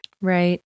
Right